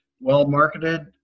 well-marketed